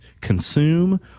consume